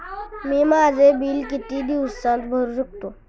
मी माझे बिल किती दिवसांत भरू शकतो?